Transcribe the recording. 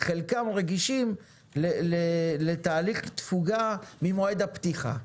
חלקם רגישים לתאריך תפוגה ממועד הפתיחה.